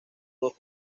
dos